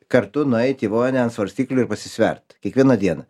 kartu nueit į vonią ant svarstyklių ir pasisvert kiekvieną dieną